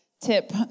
tip